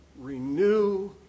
renew